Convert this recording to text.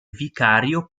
vicario